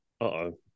Uh-oh